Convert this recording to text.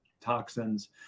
toxins